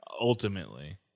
Ultimately